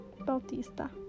Bautista